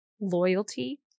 loyalty